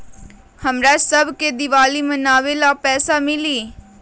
हमरा शव के दिवाली मनावेला पैसा मिली?